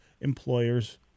employers